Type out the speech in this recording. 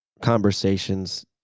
conversations